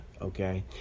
okay